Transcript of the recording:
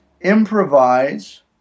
improvise